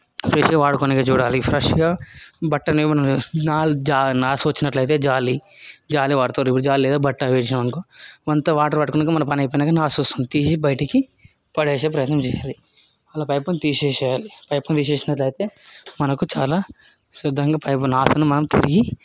ఫ్రెష్గా వాడుకోవడానికి చూడాలి ఫ్రెష్గా బట్టలు ఏమన్నా నాసు వచ్చినట్టయితే జాలి జాలి వాడుతారు ఇప్పుడు జాలి లేదా బట్ట వేసినామనుకో దాంతో మన వాటర్ పట్టుకునే దానికి మన పని అయినా కాని నాసు వస్తుంది దాన్ని తీసి బయటకి పడేసే ప్రయత్నం చేయాలి అలా పైపుని తీసేసేయాలి పైపుని తీసేసినట్లయితే మనకు చాలా శుద్ధంగా పైపుని నాసును మనం తిరిగి